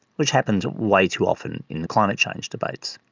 which happens way too often in the climate change debates.